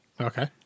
Okay